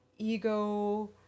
ego